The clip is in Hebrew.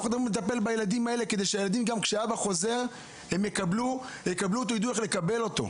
אנחנו רוצים לטפל בילדים האלה שכדי שהאבא חוזר הם ידעו איך לקבל אותו,